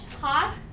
hot